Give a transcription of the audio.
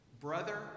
Brother